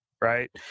right